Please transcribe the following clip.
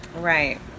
Right